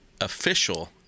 official